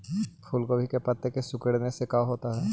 फूल गोभी के पत्ते के सिकुड़ने से का होता है?